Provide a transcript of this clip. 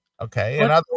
Okay